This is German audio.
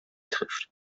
trifft